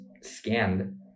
scanned